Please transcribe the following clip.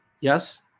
Yes